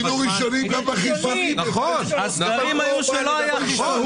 היינו ראשונים --- הסגרים היו כשלא היו חיסונים.